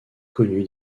connu